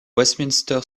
westminster